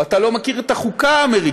או אתה לא מכיר את החוקה האמריקנית,